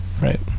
Right